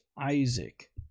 Isaac